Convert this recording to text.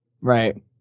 Right